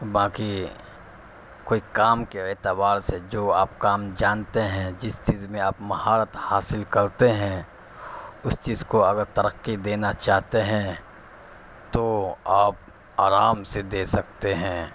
باقی کوئی کام کے اعتبار سے جو آپ کام جانتے ہیں جس چیز میں آپ مہارت حاصل کرتے ہیں اس چیز کو اگر ترقی دینا چاہتے ہیں تو آپ آرام سے دے سکتے ہیں